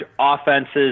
offenses